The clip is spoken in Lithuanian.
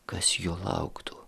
kas jo lauktų